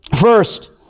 First